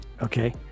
okay